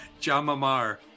Jamamar